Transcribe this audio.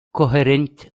coherent